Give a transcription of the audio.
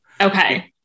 Okay